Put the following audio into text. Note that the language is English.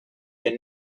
been